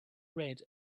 red